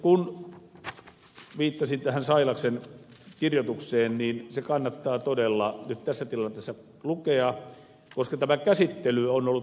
kun viittasin tähän sailaksen kirjoitukseen niin se kannattaa todella nyt tässä tilanteessa lukea koska tämän käsittely on ollut uskomatonta